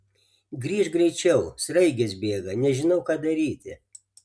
grįžk greičiau sraigės bėga nežinau ką daryti